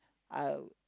I